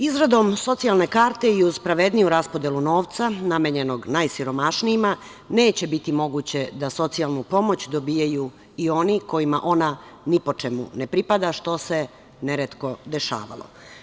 Izradom socijalne karte i uz pravedniju raspodelu novca namenjenog najsiromašnijima neće biti moguće da socijalnu pomoć dobijaju i oni kojima ona ni po čemu ne pripada, što se neretko dešavalo.